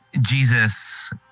Jesus